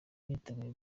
niteguye